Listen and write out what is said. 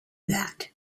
that